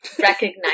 recognize